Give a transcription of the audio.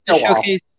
showcase